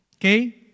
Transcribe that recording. Okay